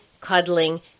cuddling